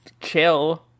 chill